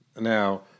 Now